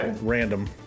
random